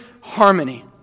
harmony